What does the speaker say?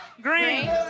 Green